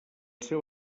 seu